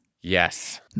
Yes